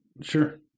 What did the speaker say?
sure